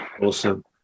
awesome